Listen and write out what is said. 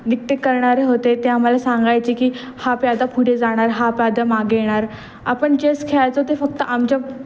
dictate करणारे होते ते आम्हाला सांगायचे की हा प्यादा पुढे जाणार हा प्यादा मागे येणार आपण चेस खेळायचो ते फक्त आमच्या